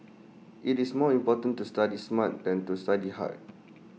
IT is more important to study smart than to study hard